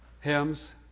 hymns